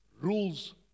rules